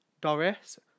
Doris